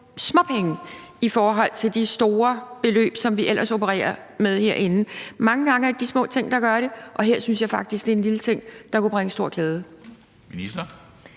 småpenge i forhold til de store beløb, som vi ellers opererer med herinde. Mange gange er det de små ting, der gør det, og her synes jeg faktisk, det er en lille ting, der kunne bringe stor glæde.